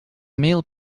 meal